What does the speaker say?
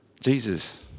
Jesus